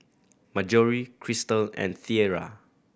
Marjory Cristal and Tiera